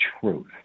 truth